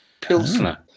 Pilsner